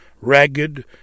ragged